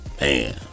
Man